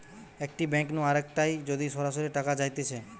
একটি ব্যাঙ্ক নু আরেকটায় যদি সরাসরি টাকা যাইতেছে